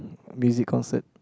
music concert